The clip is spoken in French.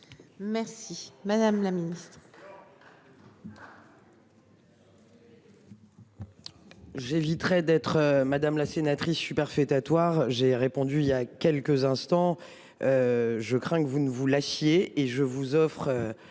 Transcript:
Merci, madame la Ministre.